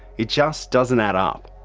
it just doesn't add up.